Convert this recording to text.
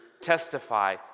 testify